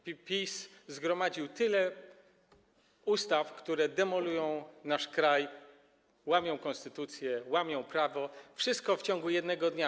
PiS zgromadził tyle ustaw, które demolują nasz kraj, łamią konstytucję, łamią prawo - wszystko w ciągu jednego dnia.